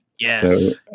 Yes